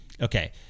okay